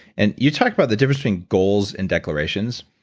and you talked about the difference between goals and declarations.